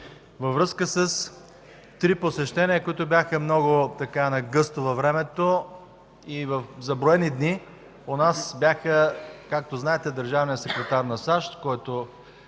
във връзка с три посещения, които бяха много нагъсто във времето. За броени дни у нас бяха, както знаете, държавният секретар на САЩ, който